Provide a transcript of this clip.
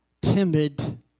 timid